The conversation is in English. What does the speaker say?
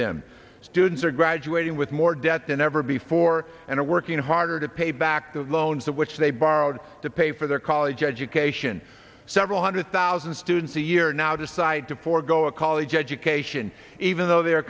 them students are graduating with more debt than ever before and are working harder to pay back the loans of which they borrowed to pay for their college education several hundred thousand students a year now decide to forego a college education even though they are